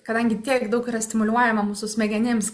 kadangi tiek daug yra stimuliuojama mūsų smegenims